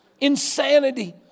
insanity